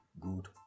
good